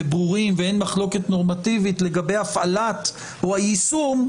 ברורים ואין מחלוקת נורמטיבית לגבי ההפעלה או היישום,